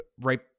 right